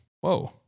Whoa